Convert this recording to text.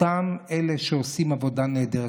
אותם אלה שעושים עבודה נהדרת,